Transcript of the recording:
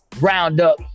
Roundup